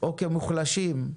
או כמוחלשים,